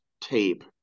tape